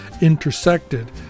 intersected